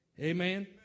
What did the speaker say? Amen